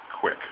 quick